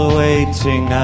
waiting